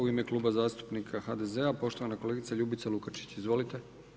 U ime Kluba zastupnika HDZ-a poštovana kolegica Ljubica Lukačić, izvolite.